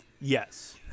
Yes